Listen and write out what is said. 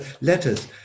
letters